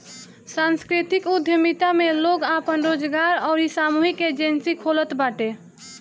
सांस्कृतिक उद्यमिता में लोग आपन रोजगार अउरी सामूहिक एजेंजी खोलत बाटे